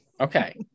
okay